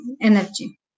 energy